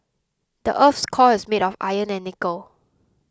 the earth's core is made of iron and nickel